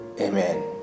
Amen